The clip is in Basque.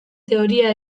teoria